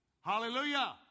Hallelujah